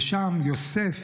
שם יוסף